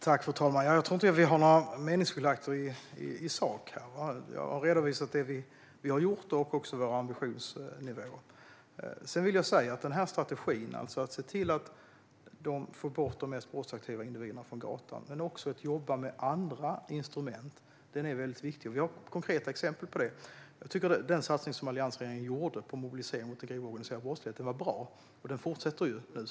Fru talman! Jag tror inte att vi har några meningsskiljaktigheter i sak. Jag har redovisat det som vi har gjort och också vår ambitionsnivå. Sedan vill jag säga att denna strategi, alltså att se till att få bort de mest brottsaktiva individerna från gatan och att också jobba med andra instrument, är mycket viktig. Vi har konkreta exempel på det. Jag tycker att den satsning som alliansregeringen gjorde på en mobilisering mot den grova organiserade brottsligheten var bra, och den fortsätter nu.